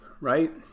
right